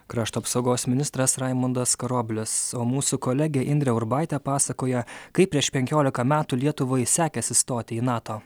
krašto apsaugos ministras raimundas karoblis o mūsų kolegė indrė urbaitė pasakoja kaip prieš penkiolika metų lietuvai sekės įstoti į nato